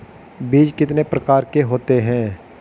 बीज कितने प्रकार के होते हैं?